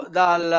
dal